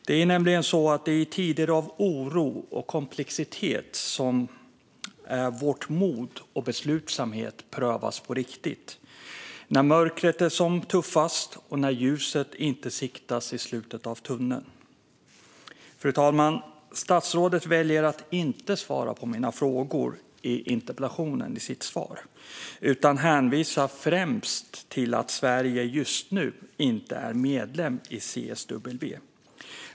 Det är nämligen i tider av oro och komplexitet som vårt mod och vår beslutsamhet prövas på riktigt - när mörkret är som tuffast och när ljuset inte siktas i slutet av tunneln. Fru talman! Statsrådet väljer att inte svara på mina frågor i interpellationen utan hänvisar främst till att Sverige just nu inte är medlem i CSW.